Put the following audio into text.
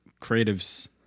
creatives